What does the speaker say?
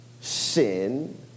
sin